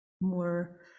more